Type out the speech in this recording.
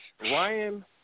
Ryan